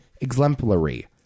exemplary